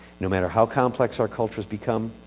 no matter how complex our cultures become,